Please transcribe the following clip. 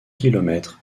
kilomètres